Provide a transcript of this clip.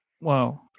Wow